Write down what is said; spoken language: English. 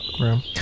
Room